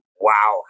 wow